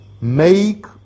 Make